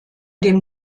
dem